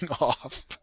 off